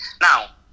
Now